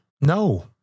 No